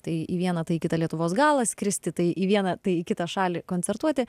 tai į vieną tai į kitą lietuvos galą skristi tai į vieną tai į kitą šalį koncertuoti